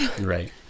Right